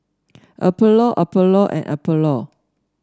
Apollo Apollo and Apollo